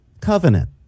Covenant